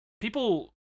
people